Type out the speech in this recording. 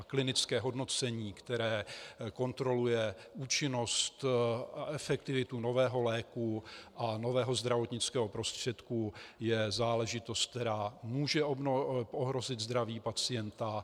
A klinické hodnocení, které kontroluje účinnost a efektivitu nového léku a nového zdravotnického prostředku, je záležitost, která může ohrozit zdraví pacienta.